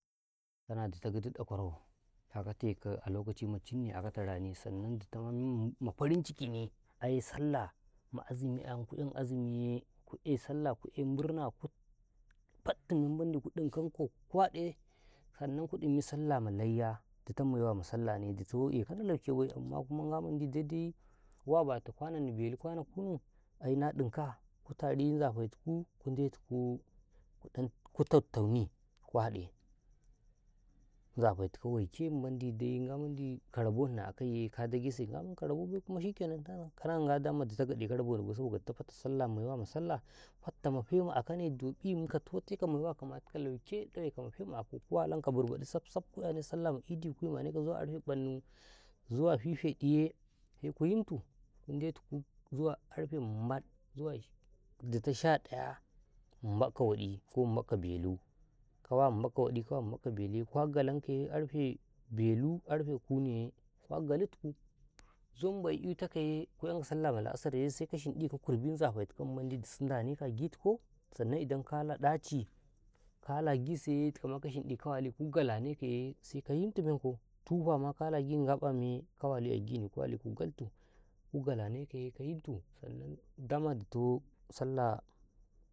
﻿ Kana ditoh gidi ɗakwara ƙyakate akato lokaci michinne a kataw rani sanan ditama memma mafarin cikine ai sallah ma azumi amku'yam azumiye ku'yai sallah ku'yai murna ku fattu memendi ku ɗinkanko ku haɗe sannan ku ɗinyi sallah ma laiye ditoh maiwa ma sallah ne ditoh ekaw na laukabai amma kuma innga mandi daidai waa batu kwano belu ko kwano kunu aina ɗinka ku tarizafe ku ndatuku kudan kutatauni ku haɗe nzafetu ku waike ngwa mandi dai ka raboni a akaiye ka dagese ba mandi ka raboni baiye shikennan kana ndaman gaɗekaw raboni bai sabodka ditoh fatta sallah maiwa ma sallah fatta mafema akaw do'in ka totoi ka maiwa kamatukaw lauke ɗeweka mafema ako ku walan ka burbaɗi saf-saf ku ƙyano sallah ma idi ala ƃamnu zuwa fifeɗuyo seku yintu ku ndetu ala ƙarfe mƃat ditoh ƙarfe ma nƃakka waɗi ko nƃakaw ƃeluye ƙwa galankaye ƙarfe ƃelu ƙarfe kudunuye ƙwagali tuku zambai itakaye ku yanka sallah ma la'asarye seku yinɗi ka kurbi nzafetikaw ma mandi dusu ndenekaw agitikaw se idan kala ɗachi kala agisu sai dikama galtu, ku galanekaye seka yintu menkaw tufama kala agingwaƃanye sekaye seka wali ka galtu ku galanekaye ka yintu sanna dama ditoh sallah.